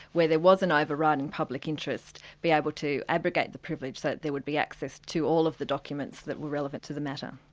where there was an overriding public interest, be able to abrogate the privilege so that there would be access to all of the documents that were relevant to the matter.